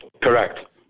Correct